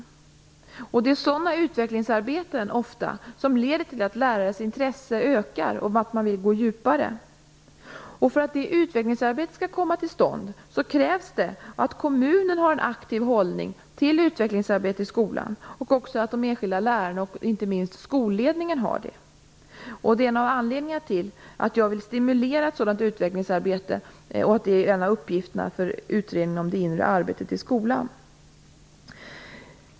Det är ofta sådana utvecklingsarbeten som leder till att lärares intresse ökar och att man vill gå djupare. För att detta utvecklingsarbete skall komma till stånd krävs att kommunen, de enskilda lärarna och inte minst skolledningen har en aktiv hållning till utvecklingsarbetet i skolan. Det är en av anledningarna till att jag vill stimulera ett sådant utvecklingsarbete. Det är också en av uppgifterna för Utredningen om det inre arbetet i skolan.